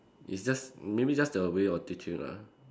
it's just maybe just the way of teaching lah